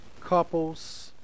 couples